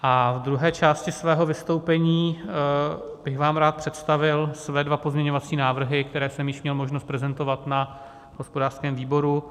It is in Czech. V druhé části svého vystoupení bych vám rád představil své dva pozměňovací návrhy, které jsem již měl možnost prezentovat na hospodářském výboru.